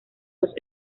los